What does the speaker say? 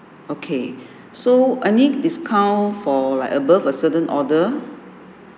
okay so any discount for like above a certain order